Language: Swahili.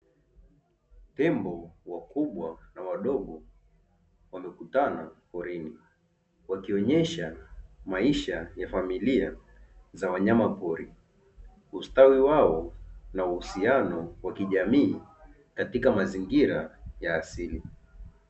Tembo wakubwa na wadogo wamekutana porini wakionyesha maisha ya familia za wanyampori, ustawi wao na uhusiano wa kijamii katika mazingira ya asili.